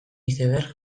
iceberg